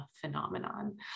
phenomenon